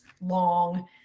long